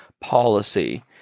policy